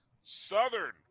Southern